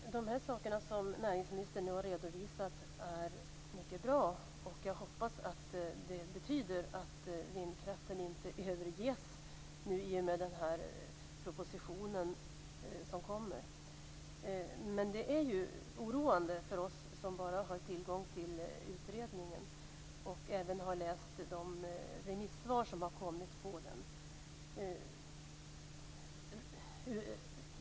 Fru talman! De saker som näringsministern nu har redovisat är mycket bra. Jag hoppas att det betyder att vindkraften inte överges nu i och med den proposition som kommer. Men det är ju oroande för oss som bara har tillgång till utredningen och även har läst de remissvar på den som har kommit in.